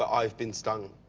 i have been stung.